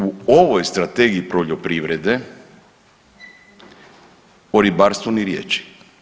U ovoj Strategiji poljoprivrede o ribarstvu ni riječi.